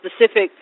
specific